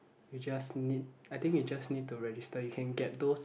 you just need I think you just need to register you can get those